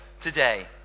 today